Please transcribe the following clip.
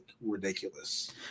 ridiculous